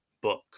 book